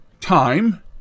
time